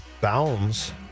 bounds